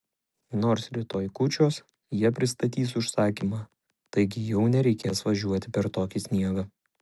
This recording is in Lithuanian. nors rytoj kūčios jie pristatys užsakymą taigi tau nereikės važiuoti per tokį sniegą